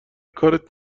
کارت